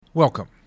Welcome